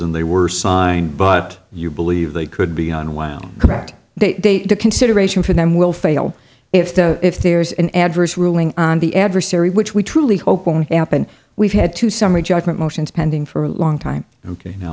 and they were signed but you believe they could be on while they the consideration for them will fail if the if there is an adverse ruling on the adversary which we truly hope won't happen we've had to summary judgment motions pending for a long time ok now